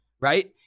Right